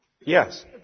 Yes